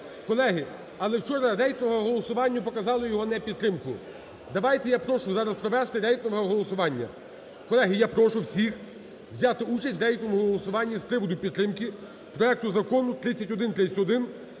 Колеги, але вчора рейтингове голосування показало його непідтримку. Давайте, я прошу, зараз провести рейтингове голосування. Колеги, я прошу всіх взяти участь в рейтинговому голосуванні з приводу підтримки проекту закону 3131